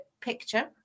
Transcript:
picture